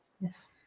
Yes